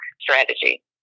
strategy